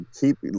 keep